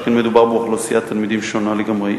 שכן מדובר באוכלוסיית תלמידים שונה לגמרי.